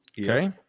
Okay